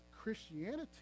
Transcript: Christianity